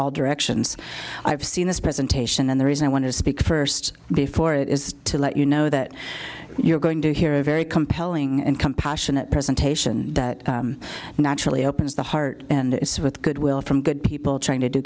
all directions i've seen this presentation and the reason i want to speak first before it is to let you know that you're going to hear a very compelling and compassionate presentation that naturally opens the heart and it's with goodwill from good people trying to do